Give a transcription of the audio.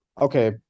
Okay